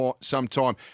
sometime